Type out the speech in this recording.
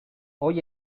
hoy